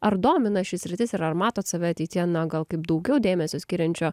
ar domina ši sritis ir ar matot save ateityje na gal kaip daugiau dėmesio skiriančio